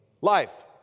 life